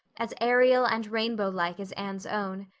as aerial and rainbow-like as anne's own.